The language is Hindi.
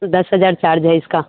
दस हज़ार चार्ज है इसका